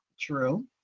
true